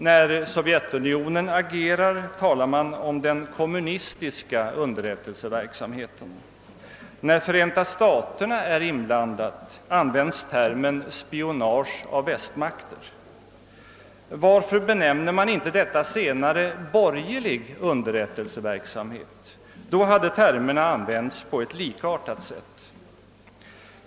När Sovjetunionen agerar talar man om den kommunistiska underrättelseverksamheten. När Förenta staterna är inblandat användes termen spionage av västmakter. Varför benämner man inte det senare borgerlig unerrättelseverksamhet? Då hade termerna använts likartat.